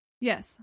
Yes